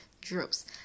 drops